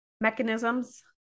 mechanisms